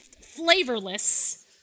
Flavorless